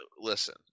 listen